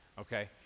Okay